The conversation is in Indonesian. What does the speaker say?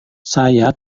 saya